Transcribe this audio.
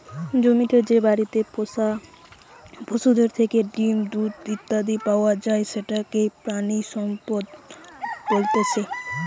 জমিতে যে বাড়িতে পোষা পশুদের থেকে ডিম, দুধ ইত্যাদি পাওয়া যায় সেটাকে প্রাণিসম্পদ বলতেছে